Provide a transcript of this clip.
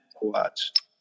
watch